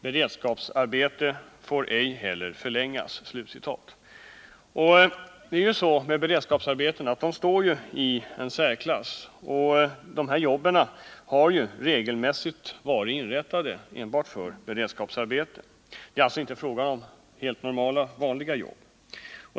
Beredskapsarbete får ej heller förlängas.” Det är ju så med beredskapsarbeten att de står i en igt inrättats bara för beredskapsarbete. Det är alltså inte fråga om helt normala, vanliga jobb.